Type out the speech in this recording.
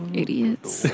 idiots